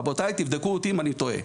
רבותיי, תבדקו אותי אם אני טועה.